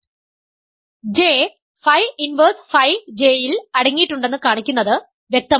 J phi inverse phi J ഇൽ അടങ്ങിയിട്ടുണ്ടെന്ന് കാണിക്കുന്നത് വ്യക്തമാണ്